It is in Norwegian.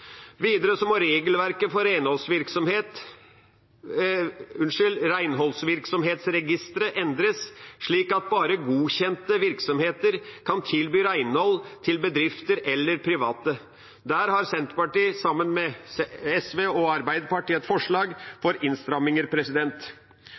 Videre må regelverket for renholdsvirksomhetsregisteret endres, slik at bare godkjente virksomheter kan tilby renhold til bedrifter eller til private. Der har Senterpartiet, sammen med SV og Arbeiderpartiet, et forslag